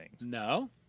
No